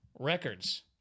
Records